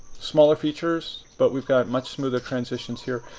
smaller features, but we've got much smoother transitions here.